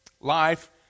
Life